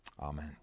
Amen